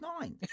nine